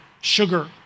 Sugar